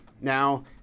Now